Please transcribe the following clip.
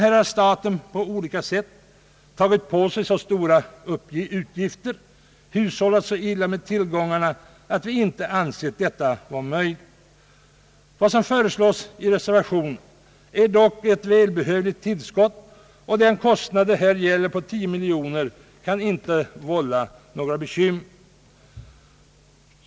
Staten har emellertid på olika sätt tagit på sig så stora utgifter, hushållat så illa med tillgångarna, att vi inte ansett detta möjligt. Reservationen föreslår dock ett välbehövligt tillskott, och den kostnad på 10 miljoner kronor som det här gäller kan inte vålla några bekymmer.